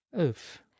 Oof